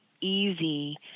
easy